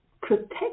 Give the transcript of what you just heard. protect